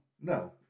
No